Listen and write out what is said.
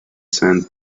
sand